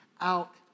out